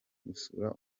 gusura